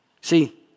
See